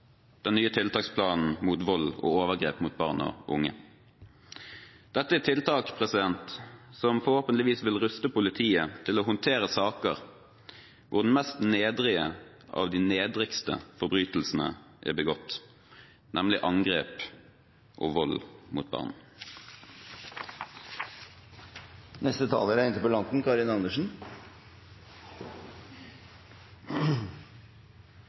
den nye tiltaksplanen mot vold og overgrep mot barn og unge. Dette er tiltak som forhåpentligvis vil ruste politiet til å håndtere saker hvor den mest nedrige av de nedrigste forbrytelsene er begått, nemlig angrep og vold mot barn. Jeg vil takke for debatten. Slike saker er